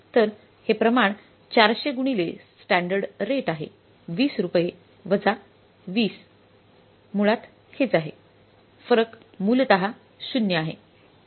तर हे प्रमाण 400 गुणिले स्टँडर्ड रेट आहे 20 रुपये वजा 20 मुळात हेच आहे फरक मूलत शून्य 0 आहे